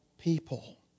people